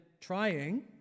trying